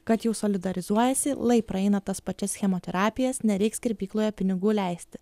kad jau solidarizuojasi lai praeina tas pačias chemoterapijas nereiks kirpykloje pinigų leisti